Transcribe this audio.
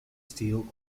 steel